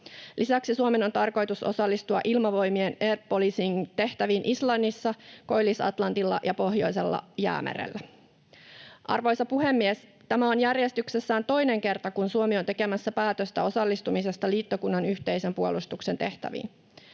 Lisäksi Suomen on tarkoitus osallistua ilmavoimien air policing ‑tehtäviin Islannissa, Koillis-Atlantilla ja Pohjoisella jäämerellä. Arvoisa puhemies! Tämä on järjestyksessään toinen kerta, kun Suomi on tekemässä päätöstä osallistumisesta liittokunnan yhteisen puolustuksen tehtäviin.